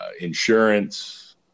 insurance